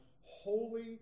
holy